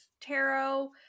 tarot